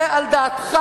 זה על דעתך.